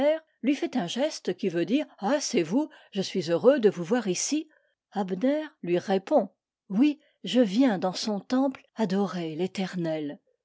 lui fait un geste qui veut dire ah c'est vous je suis heureux de vous voir ici abner lui répond oui je viens dans son temple adorer l'éternel